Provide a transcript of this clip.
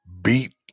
beat